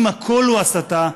אם הכול הוא הסתה,